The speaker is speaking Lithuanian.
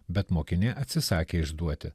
bet mokinė atsisakė išduoti